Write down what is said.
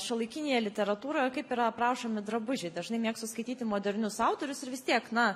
šiuolaikinėje literatūroje kaip yra aprašomi drabužiai dažnai mėgstu skaityti modernius autorius ir vis tiek na